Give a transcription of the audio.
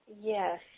Yes